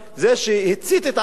זה שהצית את עצמו.